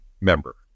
member